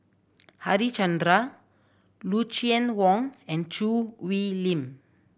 Harichandra Lucien Wang and Choo Hwee Lim